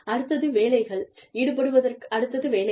அடுத்தது வேலைகள்